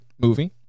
movie